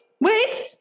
wait